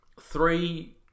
three